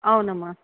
అవునమ్మా